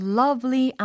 lovely